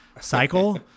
cycle